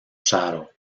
shadow